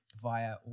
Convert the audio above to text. via